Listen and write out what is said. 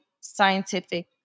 scientific